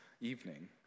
evening